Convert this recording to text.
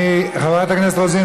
חברת הכנסת רוזין,